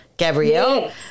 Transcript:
Gabrielle